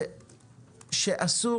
השר,